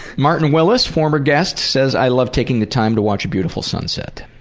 martin willis, former guest, says, i love taking the time to watch a beautiful sunset.